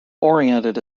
oriented